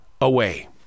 away